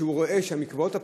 כשהוא רואה שהמקוואות הפרטיים,